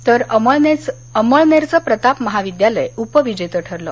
तर अमळनेरचं प्रताप महाविद्यालय उपविजेतं ठरलं